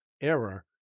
error